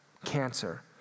cancer